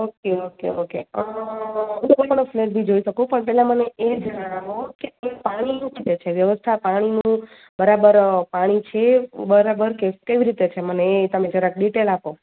okay okay okay હું તમારો flat બી જોઈ શકું પણ પહેલાં મને એ જણાવો કે પાણીની જે છે વ્યવસ્થા પાણીની બરાબર પાણી છે બરાબર કે કેવી રીતે છે મને એ તમે જરાક ડિટેલ આપો